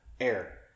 Air